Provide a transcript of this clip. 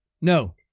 No